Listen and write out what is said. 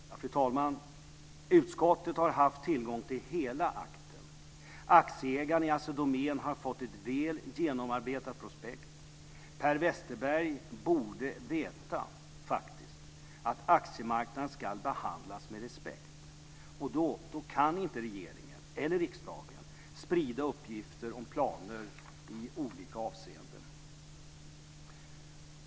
Fru talman! Utskottet har haft tillgång till hela akten. Aktieägarna i Assi Domän har fått ett väl genomarbetat prospekt. Per Westerberg borde faktiskt veta att aktiemarknaden ska behandlas med respekt, och då kan inte regeringen eller riksdagen sprida uppgifter om planer i olika avseenden.